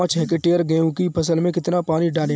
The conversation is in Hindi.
पाँच हेक्टेयर गेहूँ की फसल में कितना पानी डालें?